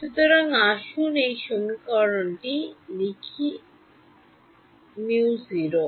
সুতরাং আসুন এই সমীকরণটি তাই লিখি μ0